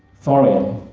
thorium?